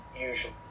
usually